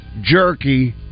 jerky